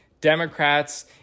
Democrats